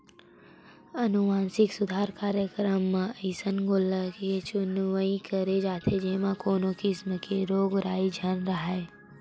अनुवांसिक सुधार कार्यकरम म अइसन गोल्लर के चुनई करे जाथे जेमा कोनो किसम के रोग राई झन राहय